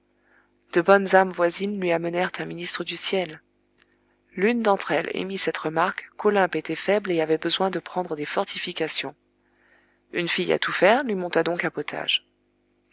de bonnes âmes voisines lui amenèrent un ministre du ciel l'une d'entre elles émit cette remarque qu'olympe était faible et avait besoin de prendre des fortifications une fille à tout faire lui monta donc